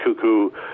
Cuckoo